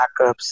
backups